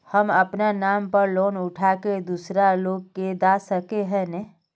हम अपना नाम पर लोन उठा के दूसरा लोग के दा सके है ने